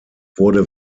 wurde